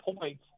points